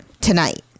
tonight